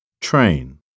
train